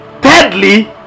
thirdly